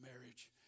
marriage